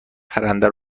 پرنده